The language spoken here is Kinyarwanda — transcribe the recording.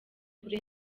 kuri